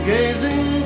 Gazing